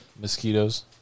Mosquitoes